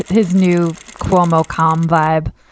his new cuomo calm vibe.